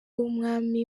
w’umwami